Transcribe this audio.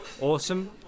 Awesome